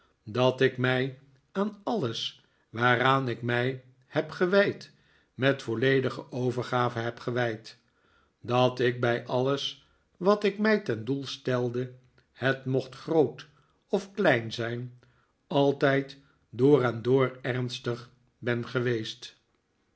dat ik mij aan alles waaraan ik mij heb gewijd met volledige over gave heb gewijd dat ik bij alles wat ik mij ten doel stelde het mocht groot of klein zijn altijd door en door ernstig ben geweest